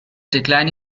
decline